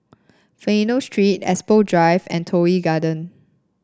Fidelio Street Expo Drive and Toh Yi Garden